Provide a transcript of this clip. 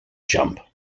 jump